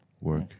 work